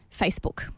Facebook